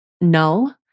no